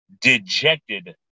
dejected